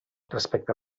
respecte